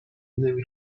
مقعدی